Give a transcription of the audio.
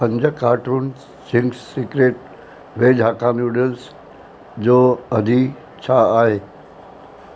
पंज cartons Ching's secret veg hakka noodles जो अघु छा आहे